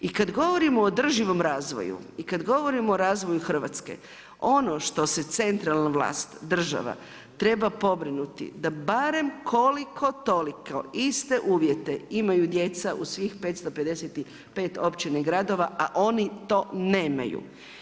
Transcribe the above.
I kada govorimo o održivimo razvoju i kada govorimo razvoju Hrvatske, ono što se centralna vlast, država treba pobrinuti da barem koliko toliko iste uvjete imaju djeca u svih 555 općina i gradova a oni to nemaju.